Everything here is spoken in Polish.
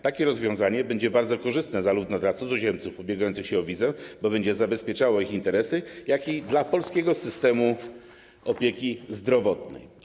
Takie rozwiązanie będzie bardzo korzystne zarówno dla cudzoziemców ubiegających się o wizę -będzie zabezpieczało ich interesy - jak i dla polskiego systemu opieki zdrowotnej.